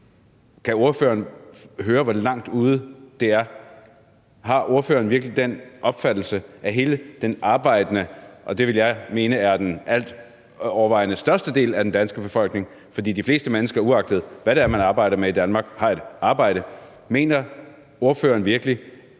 Kan ordføreren høre, hvor langt ude det er? Har ordføreren virkelig den opfattelse af hele den arbejdende klasse? Det vil jeg mene er den altovervejende og størstedel af den danske befolkning. De fleste mennesker, uagtet hvad man arbejder med i Danmark, har et arbejde. Mener ordføreren virkelig,